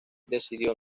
decidió